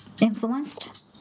influenced